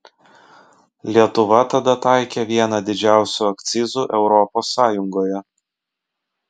lietuva tada taikė vieną didžiausių akcizų europos sąjungoje